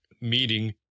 meeting